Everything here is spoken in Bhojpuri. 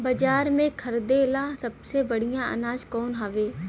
बाजार में खरदे ला सबसे बढ़ियां अनाज कवन हवे?